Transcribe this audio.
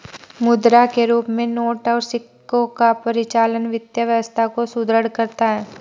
मुद्रा के रूप में नोट और सिक्कों का परिचालन वित्तीय व्यवस्था को सुदृढ़ करता है